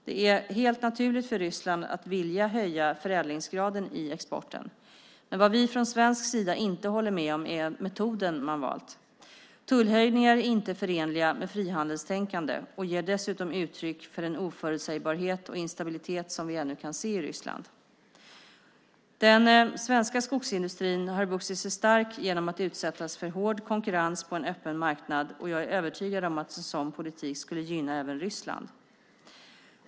Det är helt naturligt för Ryssland att vilja höja förädlingsgraden i exporten. Vad vi från svensk sida inte håller med om är metoden man valt. Tullhöjningar är inte förenliga med frihandelstänkande och ger dessutom uttryck för den oförutsägbarhet och instabilitet som vi ännu kan se i Ryssland. Den svenska skogsindustrin har vuxit sig stark genom att utsättas för hård konkurrens på en öppen marknad, och jag är övertygad om att en sådan politik skulle gynna även Ryssland.